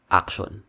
action